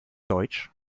deutsch